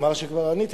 הוא אמר שכבר עניתי,